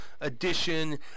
edition